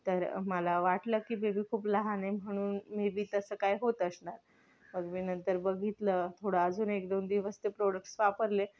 तर मला वाटलं की बेबी खूप लहान आहे म्हणून मेबी तसं काय होत असणार पण मी नंतर बघितलं थोडं अजून एक दोन दिवस ते प्रोडक्टस वापरले